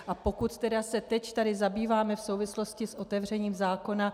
A pokud tedy se teď tady zabýváme v souvislosti s otevřením zákona...